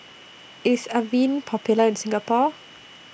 IS Avene Popular in Singapore